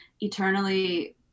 eternally